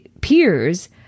peers